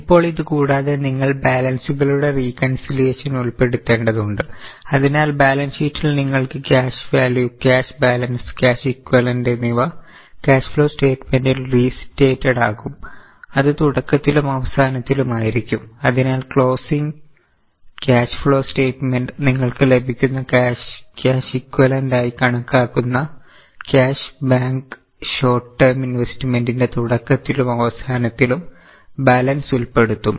ഇപ്പോൾ ഇതുകൂടാതെ നിങ്ങൾ ബാലൻസുകളുടെ റീ കൻസിലിയേഷൻ ഉൾപ്പെടുത്തേണ്ടതുണ്ട് അതിനാൽ ബാലൻസ് ഷീറ്റിൽ നിങ്ങൾക്ക് cash value cash balance cash equivalent എന്നിവ ക്യാഷ് ഫ്ലോ സ്റ്റയ്റ്റ്മെൻറ്റിൽ restated cash flow statement നിങ്ങൾക്ക് ലഭിക്കുന്ന ക്യാഷ് ഇക്വാലെൻഡ് ആയി കണക്കാക്കുന്ന ക്യാഷ് ബാങ്ക് ഷോർട്ട് റ്റേം ഇൻവെസ്റ്റ്മെൻറ്റിന്റെ തുടക്കത്തിലും അവസാനത്തിലും ബാലൻസ് ഉൾപ്പെടുത്തും